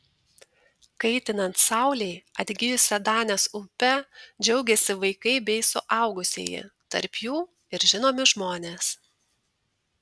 kaitinant saulei atgijusia danės upe džiaugiasi vaikai bei suaugusieji tarp jų ir žinomi žmonės